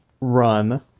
run